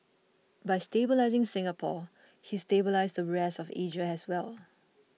by stabilising Singapore he stabilised the rest of Asia as well